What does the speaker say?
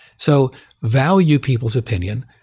so value people's opinion.